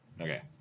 Okay